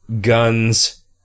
guns